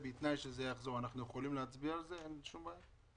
אין דבר כזה שהוא